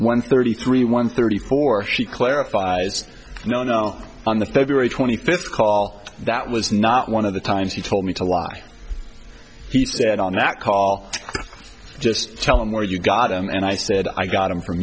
one thirty three one thirty four she clarified is no no on the february twenty first call that was not one of the times he told me to lie he said on that call just tell them where you got it and i said i got them from